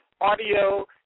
audio